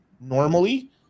normally